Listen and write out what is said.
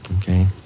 Okay